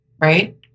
right